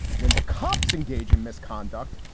when the cops engage in misconduct,